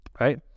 right